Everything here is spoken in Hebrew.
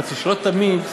אמרתי שלא תמיד,